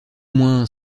moins